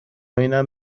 اینو